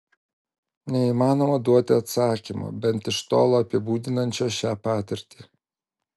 neįmanoma duoti atsakymo bent iš tolo apibūdinančio šią patirtį